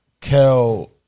Kel